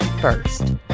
first